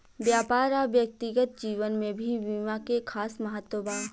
व्यापार आ व्यक्तिगत जीवन में भी बीमा के खास महत्व बा